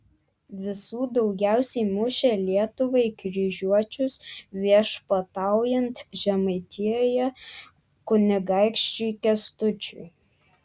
visų daugiausiai mušė lietuviai kryžiuočius viešpataujant žemaitijoje kunigaikščiui kęstučiui